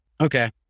Okay